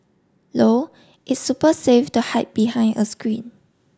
low its super safe to hide behind a screen